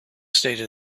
stated